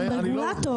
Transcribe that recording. אתם רגולטור,